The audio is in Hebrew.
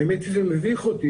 האמת שזה מביך אותי,